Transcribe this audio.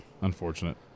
Unfortunate